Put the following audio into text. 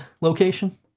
location